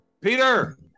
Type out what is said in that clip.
Peter